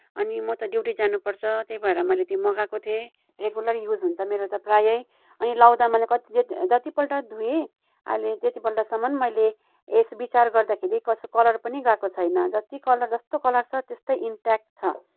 अनि म त ड्युटी जानु पर्छ त्यही भएर मैले त्यो मगाएको थिएँ रेगुलर युज हुन्छ मेरो त प्रायै अनि लाउँदा मैले कतिचोटि जतिपल्ट धोएँ आहिले त्यत्ति पल्टसम्म मैले यसो बिचार गर्दाखेरि कसो कलर पनि गएको छैन जति कलर जस्तो कलर छ त्यस्तै इम्प्याक्ट छ